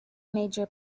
major